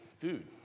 food